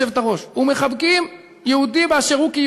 יושב-ראש המפלגה שלי, ותאמיני לי שדיברתי אתו,